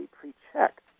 pre-checked